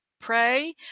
Pray